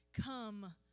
Come